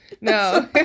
No